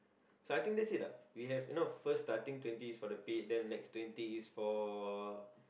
so I think that's it what you know first starting twenty is for the pit then next twenty is for